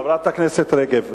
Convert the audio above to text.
חברת הכנסת רגב,